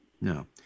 No